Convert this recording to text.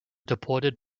deported